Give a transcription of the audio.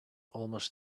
almost